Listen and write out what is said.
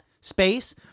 space